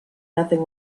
nothing